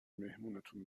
مهمونتون